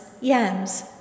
yams